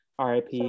RIP